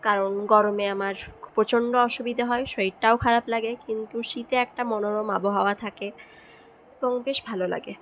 কারণ গরমে আমার প্রচণ্ড অসুবিধে হয় শরীরটাও খারাপ লাগে কিন্তু শীতে একটা মনোরম আবহাওয়া থাকে এবং বেশ ভালো লাগে